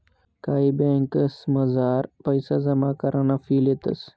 कायी ब्यांकसमझार पैसा जमा कराना फी लेतंस